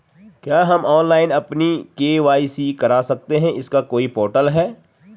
क्या हम ऑनलाइन अपनी के.वाई.सी करा सकते हैं इसका कोई पोर्टल है?